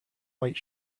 white